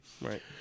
right